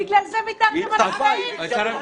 רגע, רגע, רגע.